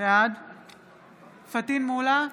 פטין מולא,